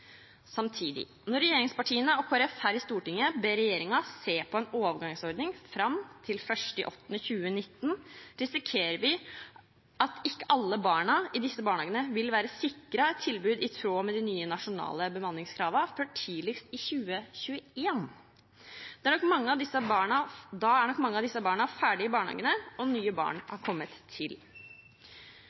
Samtidig, når regjeringspartiene og Kristelig Folkeparti her i Stortinget ber regjeringen se på en overgangsordning fram til 1. august 2019, risikerer vi at ikke alle barna i disse barnehagene vil være sikret et tilbud i tråd med de nye nasjonale bemanningskravene før tidligst i 2021. Da er nok mange av disse barna ferdig i barnehagen, og nye barn har kommet til.